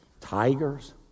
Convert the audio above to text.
tigers